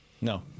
No